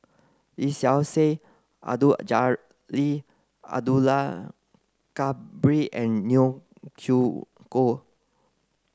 Lee Seow Ser Abdul Jalil Abdul Kadir and Neo Chwee Kok